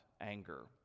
anger